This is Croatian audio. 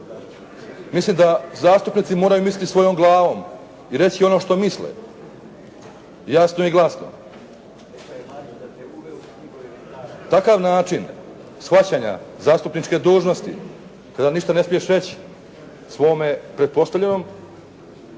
Mislim da zastupnici moraju misliti svojom glavom i reći ono što misle, jasno i glasno. Takav način shvaćanja zastupničke dužnosti kada ništa ne smiješ reći svome pretpostavljenom,